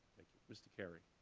mr. carey.